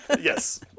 yes